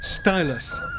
Stylus